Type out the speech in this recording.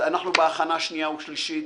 אנחנו בהכנה לקריאה שנייה ושלישית.